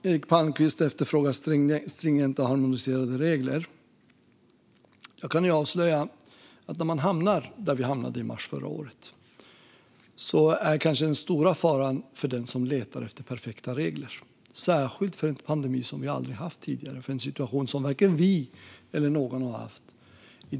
Eric Palmqvist efterfrågar stringenta och harmoniserade regler. Jag kan avslöja att när man hamnar där vi hamnade i mars förra året är den stora faran den som letar efter perfekta regler, särskilt för en pandemi som vi aldrig har haft tidigare. Det är en situation som varken vi eller någon annan varit i.